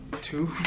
Two